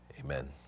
Amen